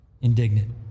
indignant